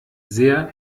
sehr